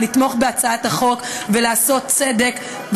לתמוך בהצעת החוק ולעשות צדק,